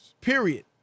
Period